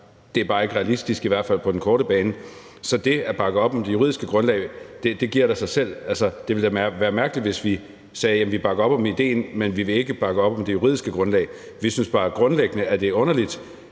at det bare ikke er realistisk, i hvert fald ikke på den korte bane, giver det at bakke op om det juridiske grundlag da sig selv. Det ville da være mærkeligt, hvis vi sagde, at vi bakker op om idéen, men vi vil ikke bakke op om det juridiske grundlag. Vi synes bare grundlæggende, at det er underligt